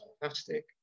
fantastic